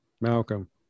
Malcolm